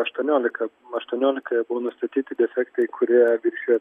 aštuoniolika aštuoniolikoje buvo nustatyti defektai kurie viršijo